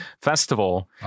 festival